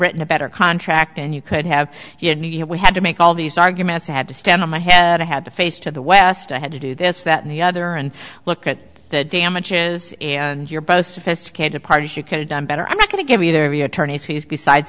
written a better contract and you could have you know we had to make all these arguments had to stand on my head i had to face to the west i had to do this that and the other and look at the damages and you're both sophisticated parties you could've done better i'm not going to give you their attorney's fees besides